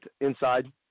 inside